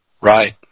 Right